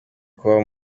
kubaho